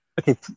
okay